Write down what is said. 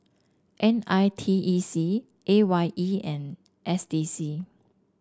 N I T E C A Y E and S D C